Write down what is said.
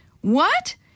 What